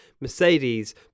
Mercedes